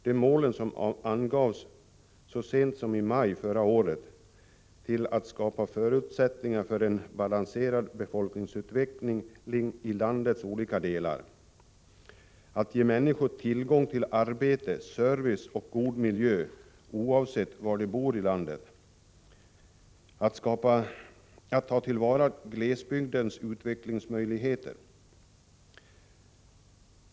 De mål som angavs så sent som i maj förra året var a. att skapa förutsättningar för en balanserad befolkningsutveckling i landets olika delar, b. att ge människor tillgång till arbete, service och god miljö, oavsett var de bor i landet, c. att ta till vara glesbygdens utvecklingsmöjligheter.